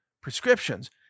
prescriptions